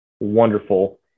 wonderful